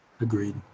Agreed